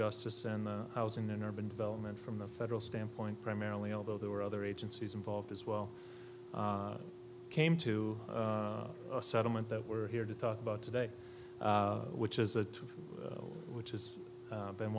justice and the housing and urban development from the federal standpoint primarily although there were other agencies involved as well came to a settlement that we're here to talk about today which is a two which is been